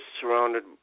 surrounded